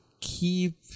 keep